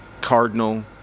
Cardinal